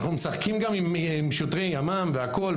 אנחנו משחקים גם עם שוטרי ימ"מ והכל,